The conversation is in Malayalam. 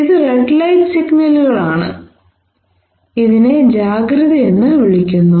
ഇത് റെഡ് ലൈറ്റ് സിഗ്നലുകളാണ് ഇതിനെ ജാഗ്രത എന്ന് വിളിക്കുന്നു